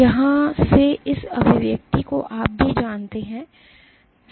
तो यहाँ से इस अभिव्यक्ति को आप भी जानते हैं